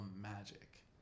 magic